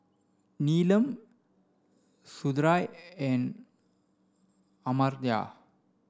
Neelam Sundaraiah and Amartya